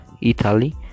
Italy